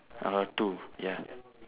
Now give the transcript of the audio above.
uh two ya